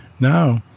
Now